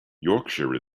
yorkshire